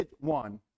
One